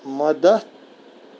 مدد